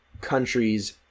countries